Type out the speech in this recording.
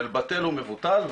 של בטל ומבוטל,